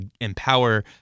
empower